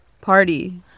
party